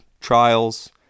trials